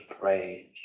praise